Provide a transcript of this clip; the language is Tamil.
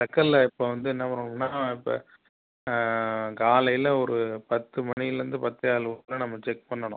தட்கல்ல இப்போ வந்து என்ன வரும்ன்னா இப்போ காலையில் ஒரு பத்து மணிலேந்து பத்தேகால்குள்ளே நம்ம செக் பண்ணனும்